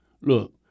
Look